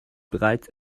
bereits